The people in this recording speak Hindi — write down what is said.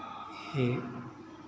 ये